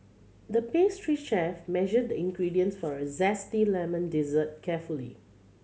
the pastry chef measured the ingredients for a zesty lemon dessert carefully